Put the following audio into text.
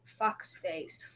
Foxface